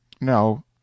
No